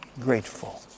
grateful